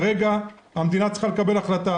המדינה צריכה לקבל החלטה,